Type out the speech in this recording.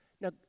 Now